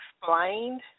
explained